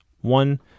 One